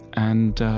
and